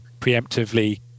preemptively